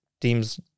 teams